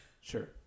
Sure